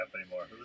anymore